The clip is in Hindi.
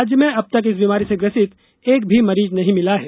राज्य में अब तक इस बीमारी से ग्रसित एक भी मरीज नहीं मिला है